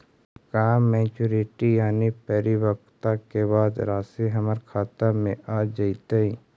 का मैच्यूरिटी यानी परिपक्वता के बाद रासि हमर खाता में आ जइतई?